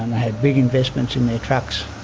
had big investments in their trucks,